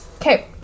okay